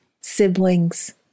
siblings